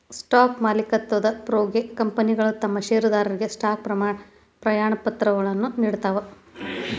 stock ಮಾಲೇಕತ್ವದ ಪ್ರೂಫ್ಗೆ ಕಂಪನಿಗಳ ತಮ್ ಷೇರದಾರರಿಗೆ ಸ್ಟಾಕ್ ಪ್ರಮಾಣಪತ್ರಗಳನ್ನ ನೇಡ್ತಾವ